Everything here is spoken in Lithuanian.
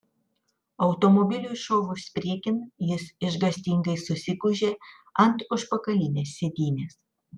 automobiliui šovus priekin jis išgąstingai susigūžė ant užpakalinės sėdynės